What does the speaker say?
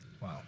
Wow